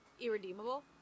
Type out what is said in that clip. irredeemable